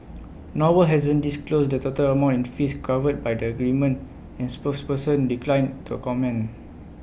noble hasn't disclosed the total amount in fees covered by the agreement and spokesperson declined to comment